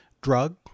drug